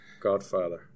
godfather